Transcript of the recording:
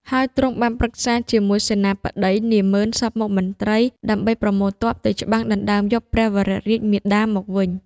ហើយទ្រង់បានប្រឹក្សាជាមួយសេនាបតី នាម៉ឺនសព្វមុខមន្ត្រី ដើម្បីប្រមូលទ័ពទៅច្បាំងដណ្តើមយកព្រះវររាជមាតាមកវិញ។